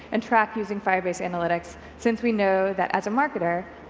and track using firebase analytics, since we know that as a marketer,